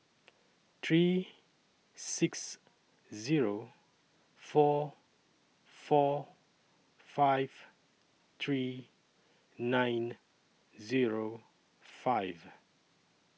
three six Zero four four five three nine Zero five